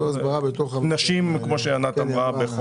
כמו שענת אמרה.